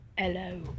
Hello